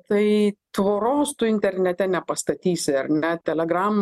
tai tvoros tu internete nepastatysi ar ne telegram